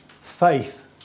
faith